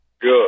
Good